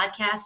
podcast